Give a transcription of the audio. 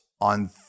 on